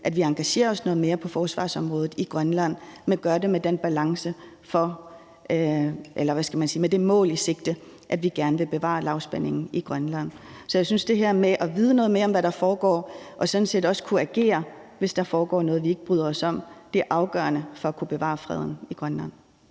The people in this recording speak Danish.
at vi engagerer os noget mere på forsvarsområdet i Grønland, men gør det med det mål i sigte, at vi gerne vil bevare lavspændingen i Grønland. Så jeg synes, at det her med at vide noget mere om, hvad der foregår, og sådan set også kunne agere, hvis der foregår noget, vi ikke bryder os om, er afgørende for at kunne bevare freden i Grønland.